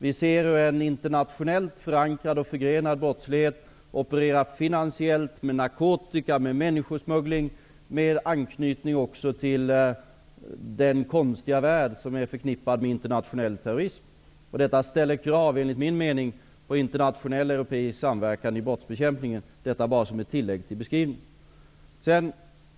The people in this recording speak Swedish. Vi ser en internationellt förankrad och förgrenad brottslighet operera finansiellt med narkotika, med människosmuggling och med anknytning också till den konstiga värld som är förknippad med internationell terrorism. Det ställer enligt min mening krav på internationell och europeisk samverkan i brottsbekämpningen. Detta bara som ett tillägg till Widar Anderssons beskrivning.